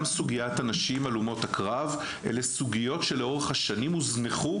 סוגיית הנשים הלומות הקרב אלה סוגיות שלאורך השנים הוזנחו,